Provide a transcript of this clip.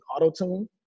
Auto-Tune